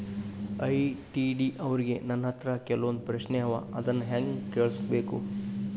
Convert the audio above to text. ITD ಅವ್ರಿಗೆ ನನ್ ಹತ್ರ ಕೆಲ್ವೊಂದ್ ಪ್ರಶ್ನೆ ಅವ ಅದನ್ನ ಹೆಂಗ್ ಕಳ್ಸ್ಬೇಕ್?